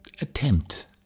attempt